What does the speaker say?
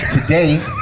today